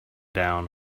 down